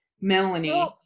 melanie